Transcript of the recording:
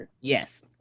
yes